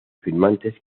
firmantes